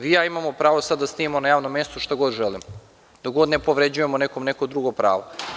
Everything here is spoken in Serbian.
Vi i ja imamo sada pravo da snimamo na javnom mestu šta god želimo, dokle god ne povređujemo nekom neko drugo pravo.